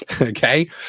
Okay